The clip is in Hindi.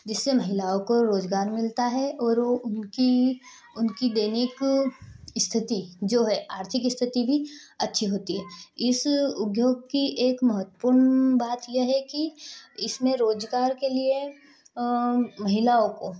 जिससे महिलाओं को रोज़गार मिलता है और वह उनकी उनकी दैनिक स्थिति जो है आर्थिक स्थिति भी अच्छी होती है इस उद्योग की एक महत्वपूर्ण बात यह है की इसमें रोज़गार के लिए महिलाओं को